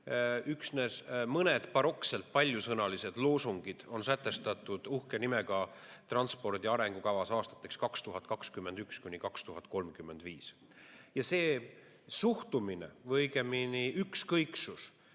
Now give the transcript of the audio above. Üksnes mõned barokselt paljusõnalised loosungid on sätestatud uhke nimega transpordi arengukavas aastateks 2021–2035. See suhtumine või õigemini ükskõiksus